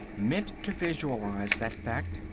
meant to visualise that fact,